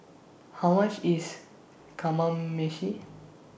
How much IS Kamameshi